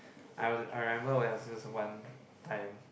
I was I remember where there was this one time